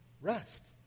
Rest